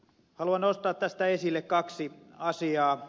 haluan nostaa tästä esille kaksi asiaa